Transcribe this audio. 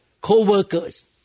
co-workers